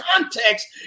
context